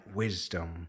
wisdom